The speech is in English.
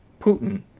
putin